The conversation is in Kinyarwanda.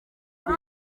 hafi